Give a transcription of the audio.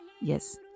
Yes